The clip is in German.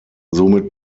somit